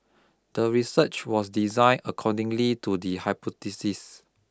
the research was designe according to the hypothesis